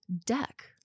deck